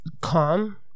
calm